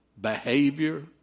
behavior